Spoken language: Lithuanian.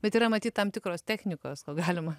bet yra matyt tam tikros technikos ko galima